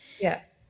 Yes